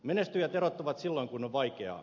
menestyjät erottuvat silloin kun on vaikeaa